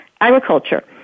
agriculture